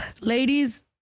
Ladies